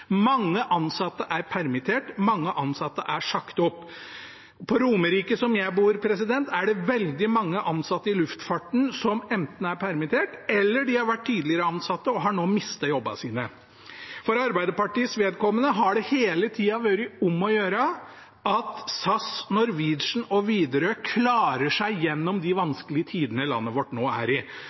Mange ansatte er permittert, mange ansatte er sagt opp. På Romerike, der jeg bor, er det veldig mange ansatte i luftfarten som er permittert, eller de har tidligere vært ansatt og har nå mistet jobben sin. For Arbeiderpartiets vedkommende har det hele tida vært om å gjøre at SAS, Norwegian og Widerøe klarer seg gjennom de vanskelige tidene landet vårt nå er i.